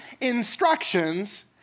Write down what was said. instructions